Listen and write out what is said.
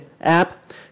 app